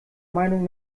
meinung